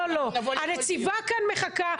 הנציבה כאן מחכה,